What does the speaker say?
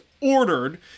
ordered